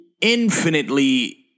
infinitely